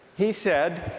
he said,